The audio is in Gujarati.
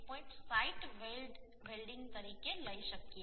5 સાઇટ વેલ્ડીંગ તરીકે લઈ શકાય છે